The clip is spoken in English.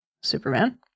Superman